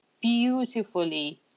beautifully